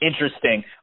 Interesting